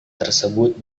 tersebut